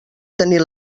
tenir